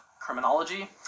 Criminology